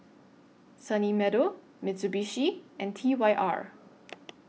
Sunny Meadow Mitsubishi and T Y R